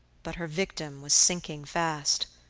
but her victim was sinking fast,